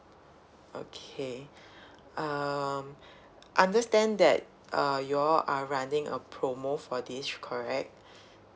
okay um understand that uh you all are running a promo for this correct